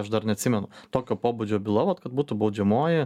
aš dar neatsimenu tokio pobūdžio byla vat kad būtų baudžiamoji